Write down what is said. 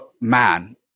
man